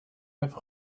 neuf